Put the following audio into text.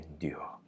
endure